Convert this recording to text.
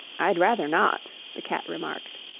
i'd rather not the cat remarked.